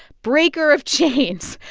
breaker of chains.